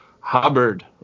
Hubbard